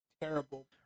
terrible